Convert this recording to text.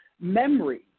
memory